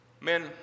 Men